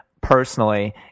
personally